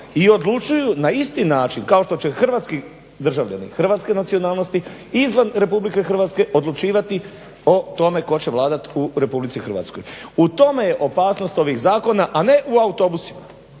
i odlučuju na isti način kao što će državljani hrvatske nacionalnosti izvan RH odlučivati o tome tko će vladati u RH. U tome je opasnost ovih zakona, a ne u autobusima.